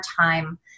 time